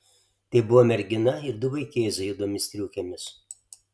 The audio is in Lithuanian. tai buvo mergina ir du vaikėzai juodomis striukėmis